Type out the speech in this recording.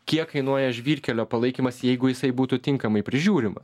kiek kainuoja žvyrkelio palaikymas jeigu jisai būtų tinkamai prižiūrimas